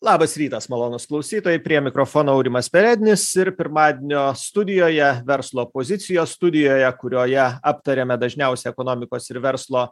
labas rytas malonūs klausytojai prie mikrofono aurimas perednis ir pirmadienio studijoje verslo pozicijos studijoje kurioje aptariame dažniausiai ekonomikos ir verslo